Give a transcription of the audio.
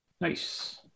Nice